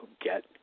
get